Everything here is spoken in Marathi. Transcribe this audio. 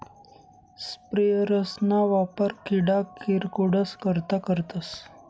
स्प्रेयरस ना वापर किडा किरकोडस करता करतस